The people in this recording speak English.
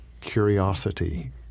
curiosity